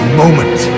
moment